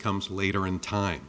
comes later in time